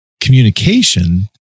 communication